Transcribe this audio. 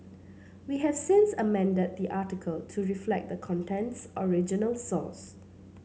we have since amended the article to reflect the content's original source